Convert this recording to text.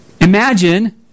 Imagine